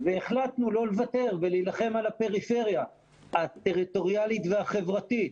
והחלטנו לא לוותר ולהילחם על הפריפריה הטריטוריאלית והחברתית,